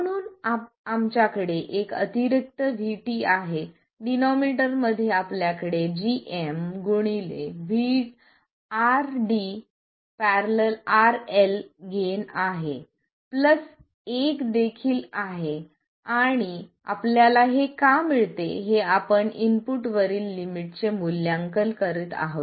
म्हणून आमच्याकडे एक अतिरिक्त VT आहे डीनॉमिनेटर मध्ये आपल्याकडे gm RD ║ RL गेन आहे प्लस एक देखील आहे आणि आपल्याला हे का मिळते हे आपण इनपुट वरील लिमिट चे मूल्यांकन करत आहोत